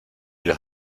los